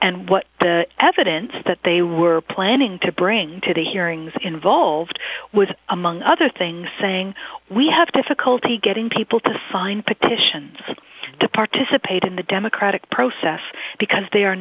and what the evidence that they were planning to bring to the hearings involved was among other things saying we have difficulty getting people to sign petitions to participate in the democratic process because they are